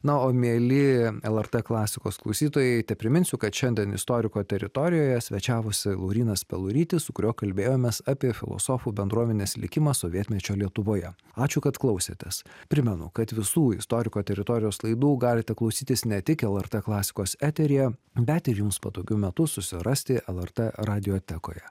na o mieli lrt klasikos klausytojai tepriminsiu kad šiandien istoriko teritorijoje svečiavosi laurynas peluritis su kuriuo kalbėjomės apie filosofų bendruomenės likimą sovietmečio lietuvoje ačiū kad klausėtės primenu kad visų istoriko teritorijos laidų galite klausytis ne tik lrt klasikos eteryje bet ir jums patogiu metu susirasti lrt radiotekoje